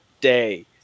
day